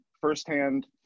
firsthand